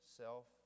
self